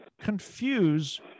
confuse